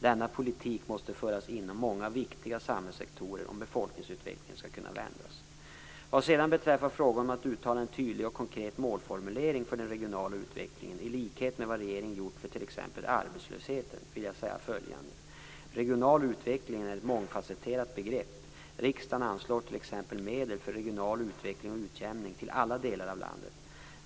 Denna politik måste föras inom många viktiga samhällssektorer om befolkningsutvecklingen skall kunna vändas. Vad sedan beträffar frågan om att uttala en tydlig och konkret målformulering för den regionala utvecklingen, i likhet med vad regeringen gjort för t.ex. arbetslösheten, vill jag säga följande. Regional utveckling är ett mångfasetterat begrepp. Riksdagen anslår t.ex. medel för regional utveckling och utjämning till alla delar av landet.